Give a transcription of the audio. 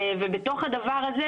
בתוך הדבר הזה,